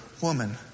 Woman